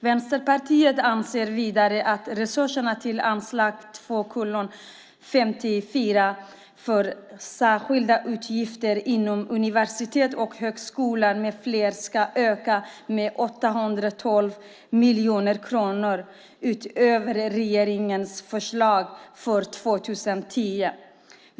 Vänsterpartiet anser vidare att resurserna till anslag 2:54 för särskilda utgifter inom universitet och högskolor med mera ska öka med 812 miljoner kronor utöver regeringens förslag för 2010.